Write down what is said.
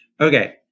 Okay